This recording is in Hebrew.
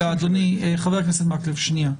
חבר הכנסת מקלב, שנייה.